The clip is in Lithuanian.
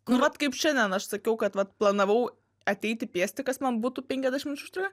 nu vat kaip šiandien aš sakiau kad vat planavau ateiti pėsti kas man būtų penkiasdešimt minučių čia